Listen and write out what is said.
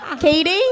Katie